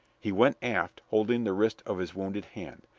he went aft, holding the wrist of his wounded hand.